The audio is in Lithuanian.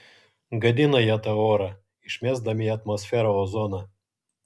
gadina jie tą orą išmesdami į atmosferą ozoną